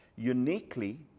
uniquely